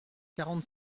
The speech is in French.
quarante